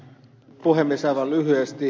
aivan lyhyesti